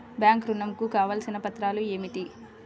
Bank ఋణం కు కావలసిన పత్రాలు ఏమిటి?